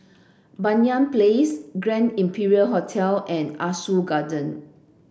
Banyan Place Grand Imperial Hotel and Ah Soo Garden